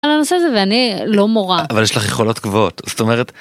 על הנושא הזה ואני, לא מורה. אבל יש לך יכולות גבוהות, זאת אומרת...